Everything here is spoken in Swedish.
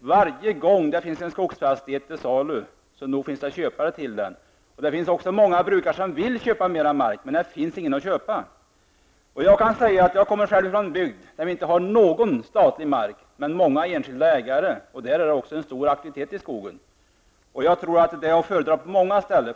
Varje gång det finns en skogsfastighet till salu, nog finns det köpare till den. Det finns också många brukare som vill köpa mer mark, men det finns ingen att köpa. Jag kommer själv från en bygd där vi inte har någon statlig mark, men många enskilda ägare. Där är det också en stor aktivitet i skogen. Jag tror att det är att föredra på många ställen.